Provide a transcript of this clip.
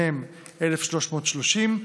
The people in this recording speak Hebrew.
התש"ף 2020, מ/1330,